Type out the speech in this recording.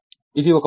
ఇది 1 వైండింగ్